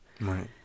Right